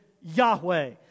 Yahweh